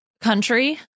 Country